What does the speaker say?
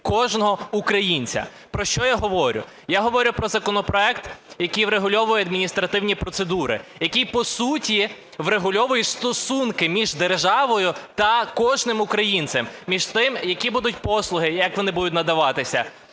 кожного українця. Про що я говорю? Я говорю про законопроект, який врегульовує адміністративні процедури, який по суті врегульовує стосунки між державою та кожним українцем, між тим, які будуть послуги, як вони будуть надаватися.